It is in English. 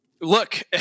Look